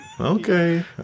Okay